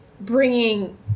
bringing